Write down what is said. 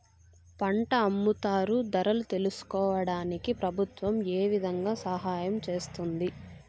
పంట అమ్ముతారు ధరలు తెలుసుకోవడానికి ప్రభుత్వం ఏ విధంగా సహాయం చేస్తుంది?